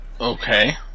Okay